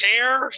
care